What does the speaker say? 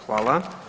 Hvala.